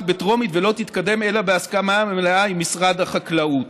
בטרומית ולא תתקדם אלא בהסכמה מלאה עם משרד החקלאות.